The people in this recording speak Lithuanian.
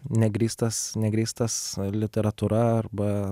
negrįstas negrįstas literatūra arba